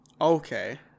Okay